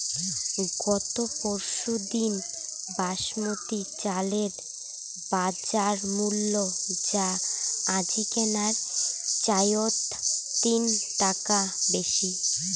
গত পরশুদিন বাসমতি চালের বাজারমূল্য যা আজিকের চাইয়ত তিন টাকা বেশি